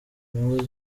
nyungu